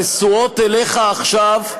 נשואות אליך עכשיו,